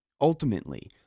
Ultimately